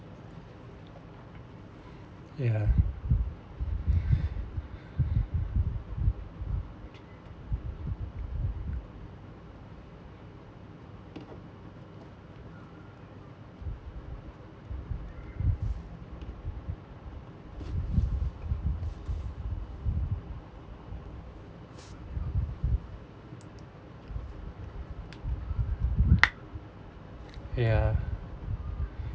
ya ya